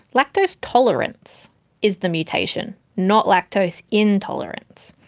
lactose tolerance is the mutation, not lactose intolerance.